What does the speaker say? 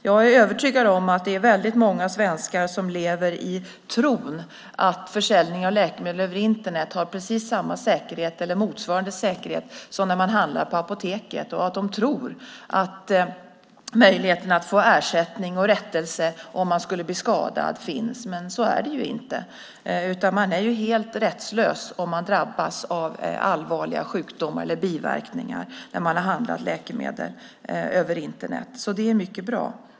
Jag är övertygad om att det är många svenskar som lever i tron att försäljningen av läkemedel över Internet har precis samma säkerhet eller motsvarande säkerhet som när man handlar på Apoteket. De tror att möjligheterna att få ersättning och rättelse om man skulle bli skadad finns. Men så är det ju inte. Man är helt rättslös om man drabbas av allvarliga sjukdomar eller biverkningar när man har handlat läkemedel över Internet. Kampanjen är därför mycket bra.